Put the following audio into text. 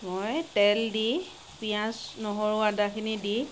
মই তেল দি পিঁয়াজ নহৰু আদাখিনি দি